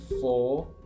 four